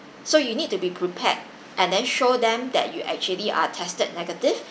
so you need to be prepared and then show them that you actually are tested negative